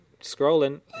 Scrolling